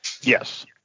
Yes